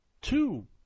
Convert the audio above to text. two